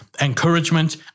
encouragement